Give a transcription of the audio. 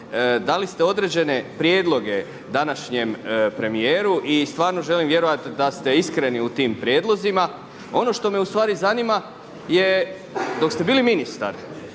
Dali ste određene prijedloge današnjem premijeru i stvarno želim vjerovati da ste iskreni u tim prijedlozima. Ono što me u stvari zanima je dok ste bili ministar,